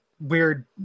weird